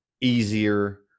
easier